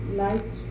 light